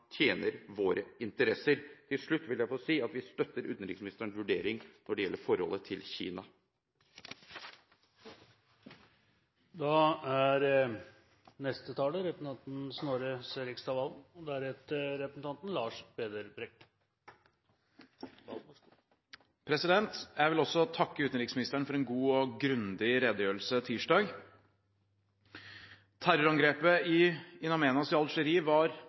tjener våre interesser. Til slutt vil jeg få si at vi støtter utenriksministerens vurdering når det gjelder forholdet til Kina. Jeg vil også takke utenriksministeren for en god og